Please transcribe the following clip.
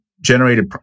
generated